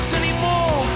anymore